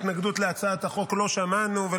התנגדות להצעת החוק לא שמענו.